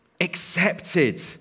accepted